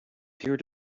peer